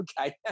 Okay